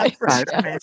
right